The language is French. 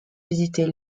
visiter